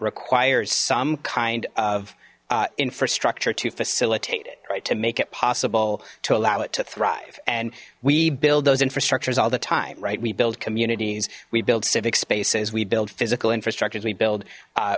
requires some kind of infrastructure to facilitate it right to make it possible to allow it to thrive and we build those infrastructures all the time right we build communities we build civic spaces we build physical infrastructures we build